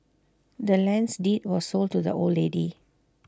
the land's deed was sold to the old lady